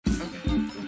okay